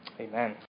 Amen